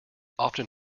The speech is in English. often